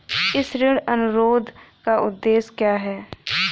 इस ऋण अनुरोध का उद्देश्य क्या है?